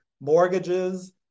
mortgages